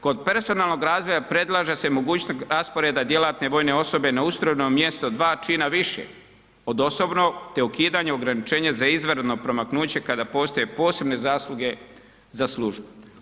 Kod personalnog razvoja predlaže se i mogućnost rasporeda djelatne vojne osobe na ustrojno mjesto dva čina više od osobnog te ukidanje ograničenja za izvanredno promaknuće kada postoje posebne zasluge za službu.